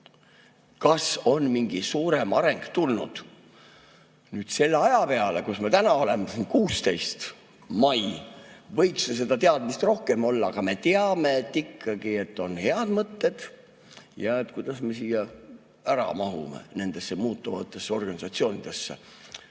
Kas on mingi suurem areng tulnud? Nüüd selle aja peale, kus me täna oleme, 16. mai, võiks ju seda teadmist rohkem olla, aga me teame, et ikkagi on head mõtted ja kuidas me siia ära mahume nendesse muutuvatesse organisatsioonidesse.